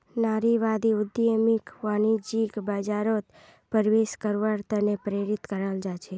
नारीवादी उद्यमियक वाणिज्यिक बाजारत प्रवेश करवार त न प्रेरित कराल जा छेक